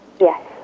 Yes